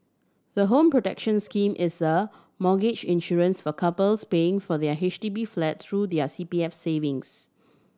the Home Protection Scheme is a mortgage insurance for couples paying for their H D B flat through their C P F savings